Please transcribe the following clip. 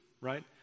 right